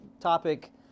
topic